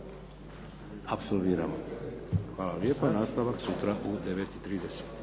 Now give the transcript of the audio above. apsolviramo. Hvala lijepa. Nastavak sutra u 9,30.